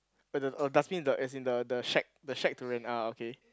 but the a dustbin in the as in the the shack the shack to rent ah okay